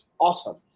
awesome